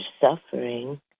suffering